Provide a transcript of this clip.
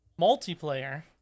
multiplayer